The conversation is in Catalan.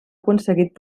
aconseguit